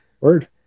Word